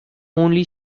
only